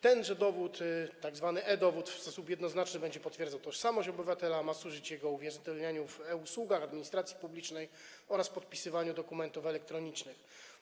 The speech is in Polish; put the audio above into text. Tenże dowód, e-dowód, w sposób jednoznaczny będzie potwierdzał tożsamość obywatela, ma służyć jego uwierzytelnianiu w e-usługach administracji publicznej oraz podpisywaniu dokumentów elektronicznych.